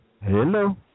Hello